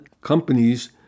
companies